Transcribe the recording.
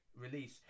release